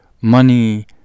money